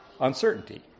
uncertainty